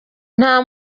nta